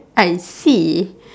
I see